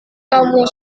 kamu